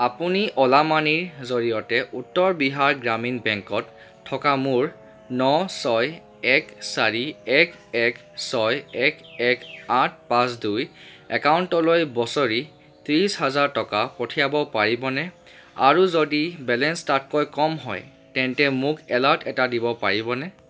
আপুনি অ'লা মানিৰ জৰিয়তে উত্তৰ বিহাৰ গ্ৰামীণ বেংকত থকা মোৰ ন ছয় এক চাৰি এক এক ছয় এক এক আঠ পাঁচ দুই একাউণ্টলৈ বছৰি ত্ৰিছ হাজাৰ টকা পঠিয়াব পাৰিবনে আৰু যদি বেলেঞ্চ তাতকৈ কম হয় তেন্তে মোক এলাৰ্ট এটা দিব পাৰিবনে